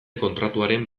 kontratuaren